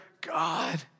God